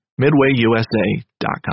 MidwayUSA.com